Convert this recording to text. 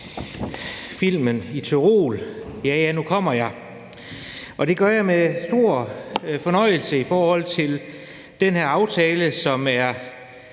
der siger: Ja, ja, nu kommer jeg. Og det gør jeg med stor fornøjelse i forhold til denne aftale, som er